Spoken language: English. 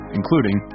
including